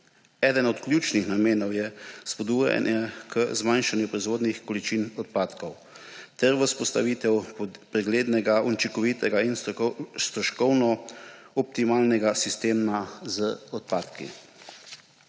Eden od ključnih namenov je spodbujanje k zmanjšanju proizvodnih količin odpadkov ter vzpostavitev preglednega, učinkovitega in stroškovno optimalnega sistema ravnanja